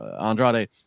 Andrade